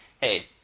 hey